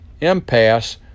impasse